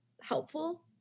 helpful